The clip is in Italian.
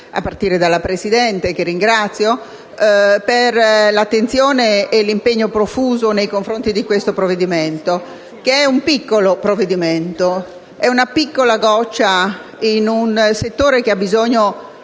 a partire dalla Presidente, che ringrazio per l'attenzione e l'impegno profuso nei confronti del provvedimento in esame. Pur trattandosi di un piccolo provvedimento, di una piccola goccia in un settore che ha bisogno